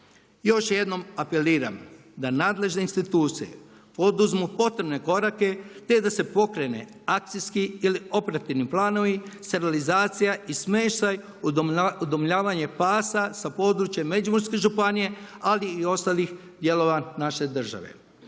Još jednom apeliram da nadležne institucije poduzmu potrebne korake te da se pokrene akcijski ili operativni planovi, sterilizacija i smještaj udomljavanja pasa sa područja Međimurske županije ali i ostalih dijelova naše države.